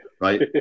Right